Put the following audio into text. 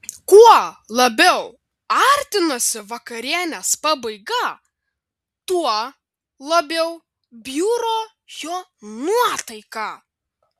kuo labiau artinosi vakarienės pabaiga tuo labiau bjuro jo nuotaika